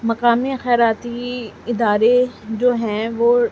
مقامی خیراتی ادارے جو ہیں وہ